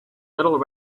little